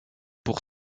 pour